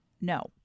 No